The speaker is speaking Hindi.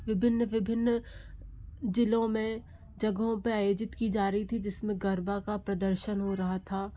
विभिन्न विभिन्न जिलों में जगहों पे आयोजित की जा रही थी जिसमें गरबा का प्रदर्शन हो रहा था